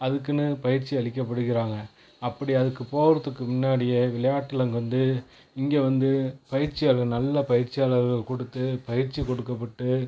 அதுக்குன்னு பயிற்சி அளிக்கபடுகிறாங்க அப்படி அதுக்கு போகிறத்துக்கு முன்னாடியே விளையாட்டில் இங்கே வந்து இங்கே வந்து பயிற்சியாளர் நல்ல பயிற்சியாளர்கள் கொடுத்து பயிற்சி கொடுக்கபட்டு